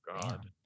God